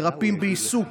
מרפאים בעיסוק,